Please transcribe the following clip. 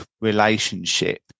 relationship